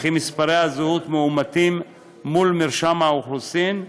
ומספרי הזהות מאומתים מול מרשם האוכלוסין,